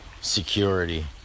security